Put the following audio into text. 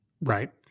Right